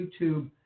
YouTube